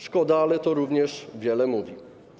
Szkoda, ale to również wiele mówi.